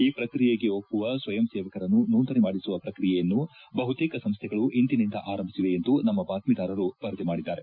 ಈ ಪ್ರಕ್ರಿಯೆಗೆ ಒಪ್ಪುವ ಸ್ವಯಂ ಸೇವಕರನ್ನು ನೋಂದಣಿ ಮಾಡಿಸುವ ಪ್ರಕ್ರಿಯೆಯನ್ನು ಬಹುತೇಕ ಸಂಸ್ದೆಗಳು ಇಂದಿನಿಂದ ಆರಂಭಿಸಿವೆ ಎಂದು ನಮ್ಮ ಭಾತ್ಮಿದಾರರು ವರದಿ ಮಾಡಿದ್ದಾರೆ